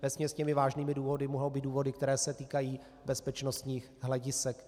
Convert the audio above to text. Vesměs těmi vážnými důvody mohou být důvody, které se týkají bezpečnostních hledisek.